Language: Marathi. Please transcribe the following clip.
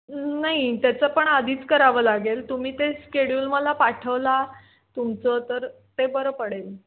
नाही त्याचं पण आधीच करावं लागेल तुम्ही ते स्केड्युल मला पाठवला तुमचं तर ते बरं पडेल